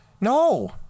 no